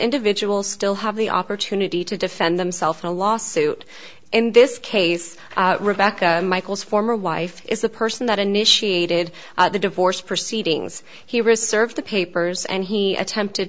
individuals still have the opportunity to defend themself in a lawsuit in this case rebecca michael's former wife is the person that initiated the divorce proceedings he reserves the papers and he attempted